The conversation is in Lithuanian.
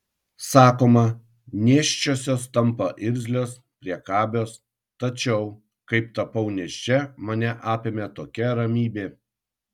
sakoma nėščiosios tampa irzlios priekabios tačiau kai tapau nėščia mane apėmė tokia ramybė